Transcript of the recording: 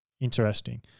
Interesting